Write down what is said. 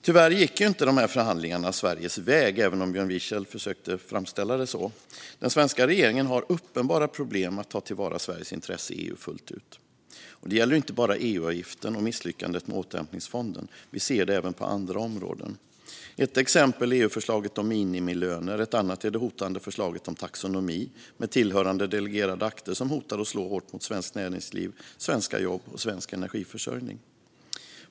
Tyvärr gick inte förhandlingarna Sveriges väg, även om Björn Wiechel försökte framställa det så. Den svenska regeringen har uppenbara problem att ta till vara Sveriges intressen i EU fullt ut. Det gäller inte bara EU-avgiften och misslyckandet med återhämtningsfonden; vi ser det även på andra områden. Ett exempel är EU-förslaget om minimilöner, ett annat är det hotande förslaget om taxonomi med tillhörande delegerade akter som hotar att slå hårt mot svenskt näringsliv, svenska jobb och svensk energiförsörjning.